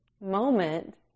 moment